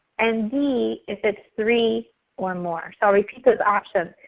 and d if it's three or more. so i'll repeat those options.